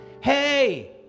Hey